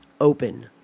open